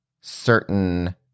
certain